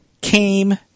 came